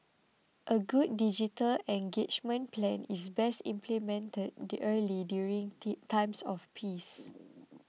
a good digital engagement plan is best implemented early during tea times of peace